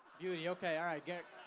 beauty okay, alright gary.